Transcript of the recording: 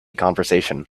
conversation